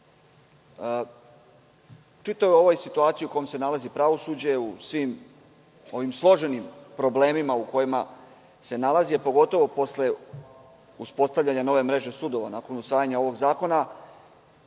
Čitava ova situacija u kojoj se nalazi pravosuđe u svim ovim složenim problemima u kojima se nalazi, a pogotovo posle uspostavljanja nove mreže sudova nakon usvajanja ovog zakona